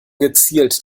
gezielt